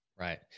Right